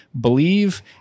believe